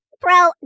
Bro